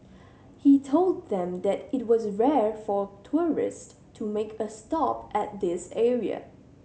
he told them that it was rare for tourist to make a stop at this area